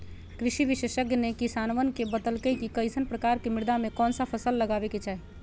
कृषि विशेषज्ञ ने किसानवन के बतल कई कि कईसन प्रकार के मृदा में कौन सा फसल लगावे के चाहि